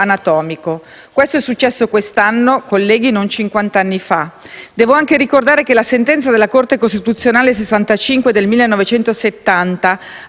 anatomico. Questo è successo quest'anno, colleghi, non cinquant'anni fa. Devo anche ricordare che la sentenza della Corte costituzionale n. 65 del 1970 ha